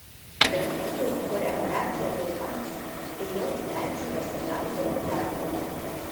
bet kūriau choreografiją draugams ėjau į peržiūras ir gaudavau darbo